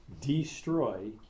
destroy